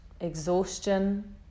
exhaustion